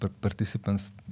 participants